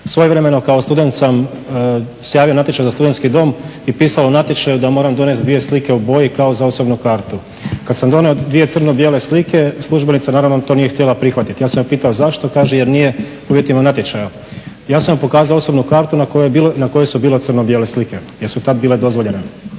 Svojevremeno kao student sam se javio na natječaj za studentski dom i pisalo je u natječaju da moram donijeti 2 slike u boji kao za osobnu kartu. Kad sam donio 2 crno-bijele slike službenica naravno to nije htjela prihvatiti. Ja sam je pitao zašto, kaže jer nije po uvjetima natječaja. Ja sam joj pokazao osobnu kartu na kojoj su bile crno-bijele slike jer su tad bile dozvoljene.